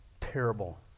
terrible